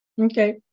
Okay